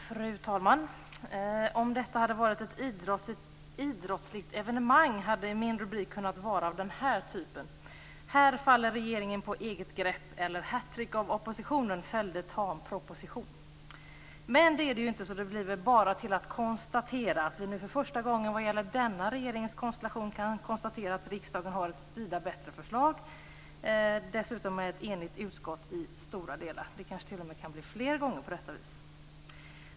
Fru talman! Om detta hade varit ett idrottsligt evenemang hade min rubrik kunnat vara av denna typ: "Här faller regeringen på eget grepp" eller "Hattrick av oppositionen fällde tam proposition". Men det är det ju inte, så det blir väl bara till att konstatera att vi nu för första gången vad gäller denna regeringskonstellation kan notera att riksdagen har ett vida bättre förslag, och dessutom att utskottet är enigt i stora delar. Det kanske t.o.m. kan bli på detta vis fler gånger.